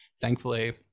thankfully